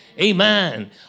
Amen